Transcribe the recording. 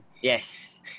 Yes